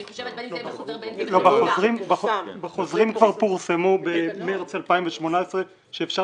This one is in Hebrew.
אני חושבת בין אם זה בחוזר --- בחוזרים כבר פורסמו במרץ 2018 שאפשר,